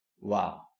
wow